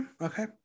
Okay